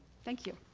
thank you.